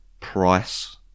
price